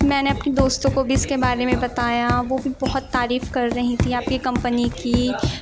میں نے اپنی دوستوں کو بھی اس کے بارے میں بتایا وہ بھی بہت تعریف کر رہی تھیں آپ کی کمپنی کی